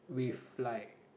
with like